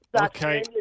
Okay